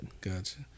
gotcha